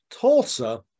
Tulsa